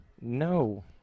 No